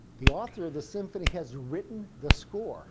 the author of the symphony has written the score